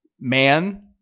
man